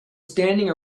standing